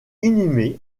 inhumé